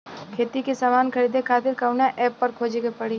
खेती के समान खरीदे खातिर कवना ऐपपर खोजे के पड़ी?